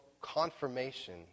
confirmation